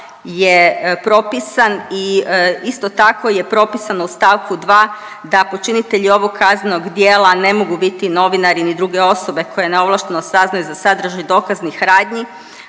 je propisan i isto tako je propisano u stavku 2 da počinitelji ovog kaznenog djela ne mogu biti novinari ni druge osobe koje neovlašteno saznaju za sadržaj dokaznih radnji,